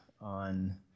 on